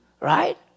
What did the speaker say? right